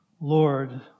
lord